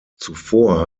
zuvor